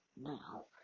Now